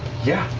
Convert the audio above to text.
yeah.